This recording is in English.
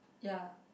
ya